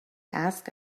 ask